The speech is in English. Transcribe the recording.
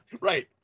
right